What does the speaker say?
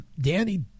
Danny